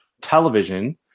television